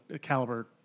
caliber